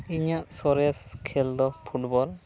ᱤᱧᱟᱹᱜ ᱥᱚᱨᱮᱥ ᱠᱷᱮᱞ ᱫᱚ ᱯᱷᱩᱴᱵᱚᱞ